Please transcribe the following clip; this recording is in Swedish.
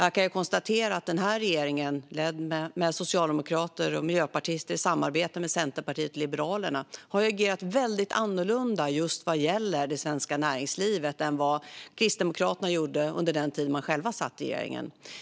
Jag kan konstatera att den här regeringen, med socialdemokrater och miljöpartister och i samarbete med Centerpartiet och Liberalerna, har agerat väldigt annorlunda just vad gäller det svenska näringslivet jämfört med vad Kristdemokraterna gjorde under den tid de satt i regeringen.